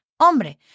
Hombre